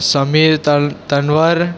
સમિર તન તનવર